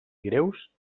greus